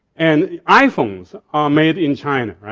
and iphones are made in china.